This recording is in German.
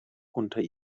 unter